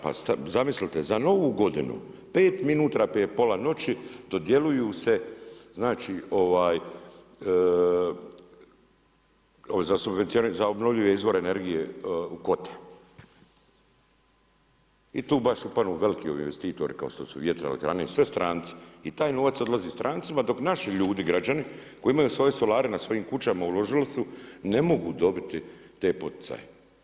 Pa zamislite za novu godinu pet minuta prije pola noći dodjeljuju se, znači za obnovljive izvore energije u kvotu i tu baš upadnu veliki investitori kao što su vjetroelektrane, sve stranci i taj novac odlazi strancima dok naši ljudi, građani koji imaju svoje solare na svojim kućama uložili su, ne mogu dobiti te poticaje.